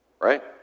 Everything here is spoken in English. Right